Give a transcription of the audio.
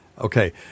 Okay